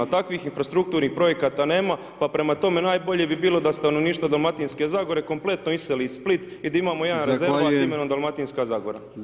A takvih infrastrukturnih projekata nema pa prema tome najbolje bi bilo da stanovništvo Dalmatinske zagore kompletno iseli ... Split i da imamo jedan rezervat imenom Dalmatinska zagora.